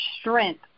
strength